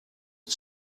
het